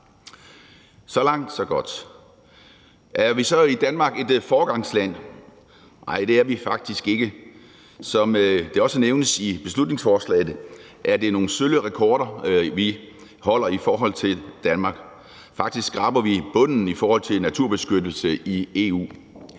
Så langt, så godt. Er vi så i Danmark et foregangsland? Nej, det er vi faktisk ikke. Som det også nævnes i beslutningsforslaget, er det nogle sølle rekorder, vi holder, i forhold til Danmark. Faktisk skraber vi bunden, hvad angår naturbeskyttelse i EU.